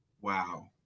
Wow